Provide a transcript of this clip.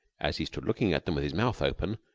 as he stood looking at them with his mouth open,